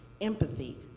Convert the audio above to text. Empathy